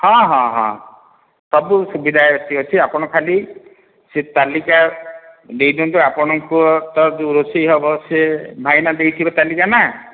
ହଁ ହଁ ହଁ ସବୁ ସୁବିଧା ଏଠି ଅଛି ଆପଣ ଖାଲି ସେ ତାଲିକା ଦେଇଦିଅନ୍ତୁ ଆପଣଙ୍କ ତ ଯେଉଁ ରୋଷେଇ ହେବ ସେ ଭାଇନା ଦେଇଥିବେ ତାଲିକା ନା